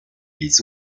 les